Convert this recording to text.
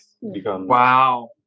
wow